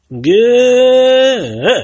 Good